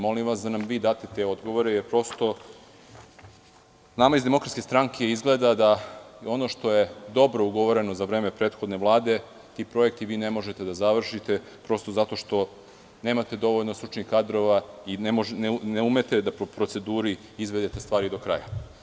Molim vas da nam vi date te odgovore, jer nama iz DS izgleda da ono što je dobro ugovoreno za vreme prethodne Vlade, projekti, vi ne možete da završite, zato što nemate dovoljno stručnih kadrova i ne umete da po proceduri izvedete stvari do kraja.